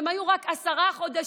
והם היו רק עשרה חודשים,